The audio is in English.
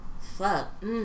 fuck